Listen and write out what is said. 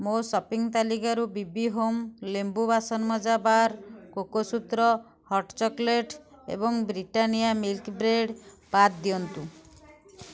ମୋ ସପିଂ ତାଲିକାରୁ ବି ବି ହୋମ୍ ଲେମ୍ବୁ ବାସନମଜା ବାର୍ କୋକୋସୂତ୍ର ହଟ୍ ଚକୋଲେଟ୍ ଏବଂ ବ୍ରିଟାନିଆ ମିଲ୍କ୍ ବ୍ରେଡ଼୍ ବାଦ ଦିଅନ୍ତୁ